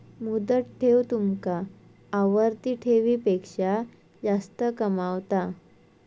मुदत ठेव तुमका आवर्ती ठेवीपेक्षा जास्त कमावता